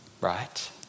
right